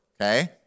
Okay